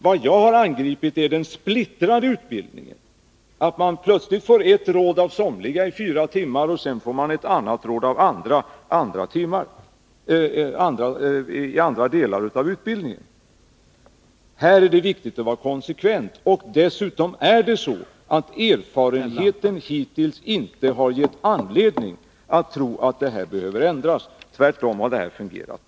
Vad jag har angripit är den splittrade utbildningen, att man får ett råd av en lärare i fyra timmar och sedan ett annat råd av någon annan i andra delar av utbildningen. Här är det viktigt att vara konsekvent. Dessutom har erfarenheten hittills inte givit anledning att tro att det nuvarande systemet behöver ändras.